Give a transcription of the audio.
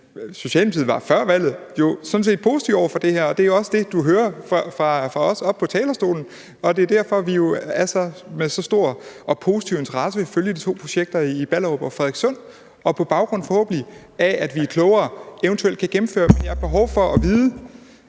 Socialdemokratiet var jo før valget sådan set positive over for det her, og det er også det, du hører fra os oppe på talerstolen. Det er jo derfor, at vi med så stor og positiv interesse vil følge de to projekter i Ballerup og Frederikssund og på baggrund af, forhåbentlig, at blive klogere eventuelt kan gennemføre det. Men da Venstre